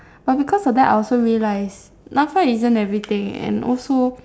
but because of that I also realised NAFA isn't everything and also